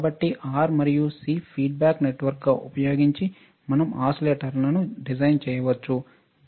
కాబట్టి R మరియు C ని ఫీడ్బ్యాక్ నెట్వర్క్గా ఉపయోగించి మనం ఓసిలేటర్లను డిజైన్ చేయవచ్చు